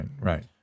Right